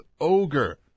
Ogre